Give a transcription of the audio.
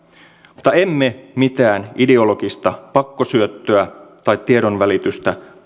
mutta emme mitään ideologista pakkosyöttöä tai tiedonvälitystä